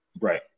Right